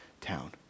town